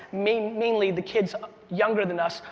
mainly mainly the kids younger than us,